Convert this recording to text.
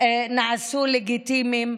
נעשו לגיטימיים.